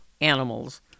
animals